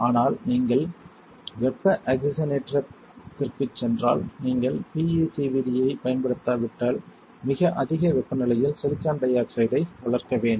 ஆனால் நீங்கள் வெப்ப ஆக்சிஜனேற்றத்திற்குச் சென்றால் நீங்கள் பிஈசிவிடி ஐப் பயன்படுத்தாவிட்டால் மிக அதிக வெப்பநிலையில் சிலிக்கான் டை ஆக்சைடை வளர்க்க வேண்டும்